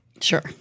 Sure